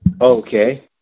Okay